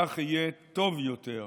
כך יהיה טוב יותר,